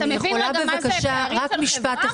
אתה מבין מה זה פערים בחברה --- אני יכולה לומר משפט אחד?